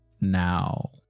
now